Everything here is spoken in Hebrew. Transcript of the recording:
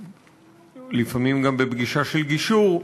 לפעמים גם בפגישה של גישור,